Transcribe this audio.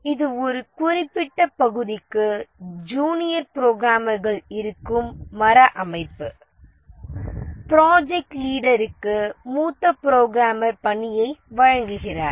இது ஒரு குறிப்பிட்ட பகுதிக்கு ஜூனியர் புரோகிராமர்கள் இருக்கும் மர அமைப்பு ப்ராஜெக்ட் லீடருக்கு மூத்த புரோகிராமர் பணியை வழங்குகிறார்